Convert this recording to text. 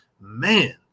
Man